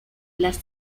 las